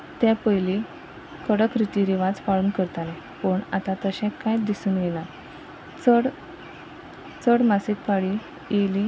ते पयलीं कडक रिती रिवाज पाळून करताले पूण आतां तशें कांयच दिसून येना चड जर मासीक पाळी आयली